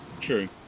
True